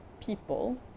people